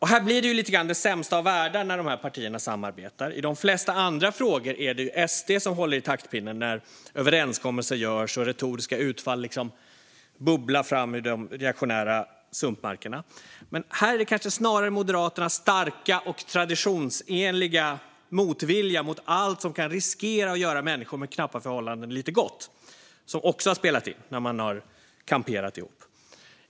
Här blir det lite grann den sämsta av världar när de här partierna samarbetar. I de flesta andra frågor är det SD som håller i taktpinnen när överenskommelser görs och retoriska utfall bubblar fram ur de reaktionära sumpmarkerna. Men här är det kanske snarare Moderaternas starka och traditionsenliga motvilja mot allt som kan riskera att göra människor med knappa förhållanden lite gott som också har spelat in när man har kamperat ihop.